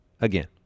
again